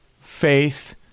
faith